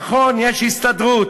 נכון, יש הסתדרות.